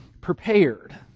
prepared